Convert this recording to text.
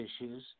issues